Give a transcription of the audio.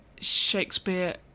Shakespeare